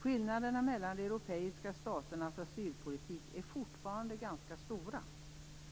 Skillnaderna mellan de europeiska staternas asylpolitik är fortfarande ganska stora.